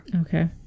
Okay